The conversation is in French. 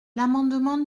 l’amendement